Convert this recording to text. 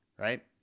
right